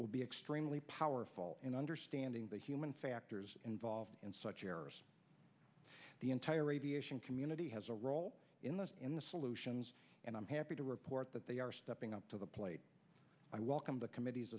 will be extremely powerful in understanding the human factors involved and such the entire aviation community has a role in the in the solutions and i'm happy to report that they are stepping up to the plate i welcome the committee